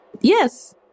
Yes